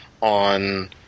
on